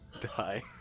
die